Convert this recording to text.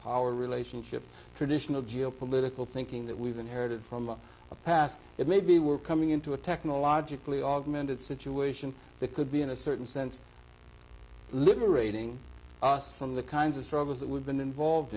power relationships traditional geopolitical thinking that we've inherited from the past that maybe we're coming into a technologically augmented situation that could be in a certain sense liberating us from the kinds of struggles that we've been involved